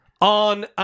on